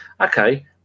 okay